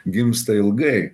gimsta ilgai